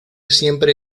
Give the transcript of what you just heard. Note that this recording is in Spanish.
siempre